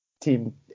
team